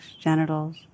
genitals